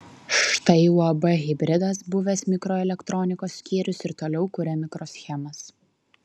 štai uab hibridas buvęs mikroelektronikos skyrius ir toliau kuria mikroschemas